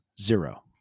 zero